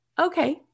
okay